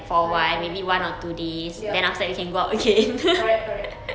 correct correct ya correct correct